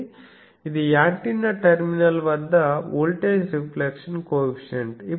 కాబట్టి ఇది antenna terminal వద్ద వోల్టేజ్ రిఫ్లెక్షన్ కో ఎఫిషియంట్